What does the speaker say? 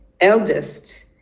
eldest